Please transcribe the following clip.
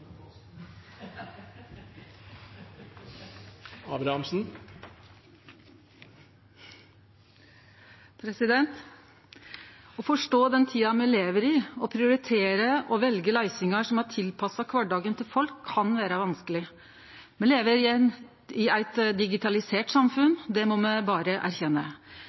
Abrahamsen. Å forstå den tida me lever i, og å prioritere og velje løysingar som er tilpassa kvardagen til folk, kan vere vanskeleg. Me lever i eit digitalisert samfunn. Det må me berre erkjenne.